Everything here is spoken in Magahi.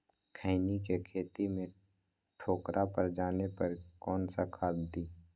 खैनी के खेत में ठोकरा पर जाने पर कौन सा खाद दी?